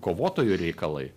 kovotojų reikalai